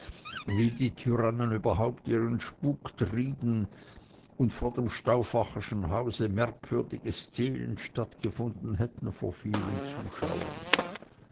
wie die tyrannen überhaupt ihren spuk trieben und vor dem stauffacherschen hause merkwürdige szenen stattgefunden hätten vor vielen zuschauern